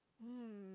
um